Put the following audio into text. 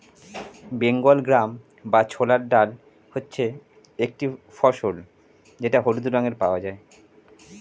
Bengal gram বা ছোলার ডাল হচ্ছে একটি ফসল যেটা হলুদ রঙে পাওয়া যায়